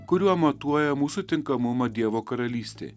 kuriuo matuoja mūsų tinkamumą dievo karalystei